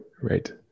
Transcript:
Right